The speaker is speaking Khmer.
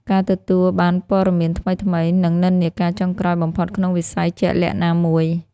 ការទទួលបានព័ត៌មានថ្មីៗ និងនិន្នាការចុងក្រោយបំផុតក្នុងវិស័យជាក់លាក់ណាមួយ។